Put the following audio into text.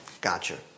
gotcha